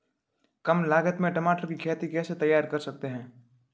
कम लागत में टमाटर की खेती कैसे तैयार कर सकते हैं?